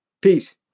Peace